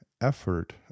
effort